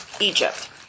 Egypt